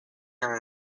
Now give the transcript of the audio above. are